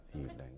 evening